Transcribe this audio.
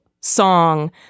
song